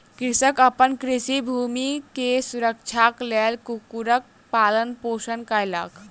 कृषक अपन कृषि भूमि के सुरक्षाक लेल कुक्कुरक पालन पोषण कयलक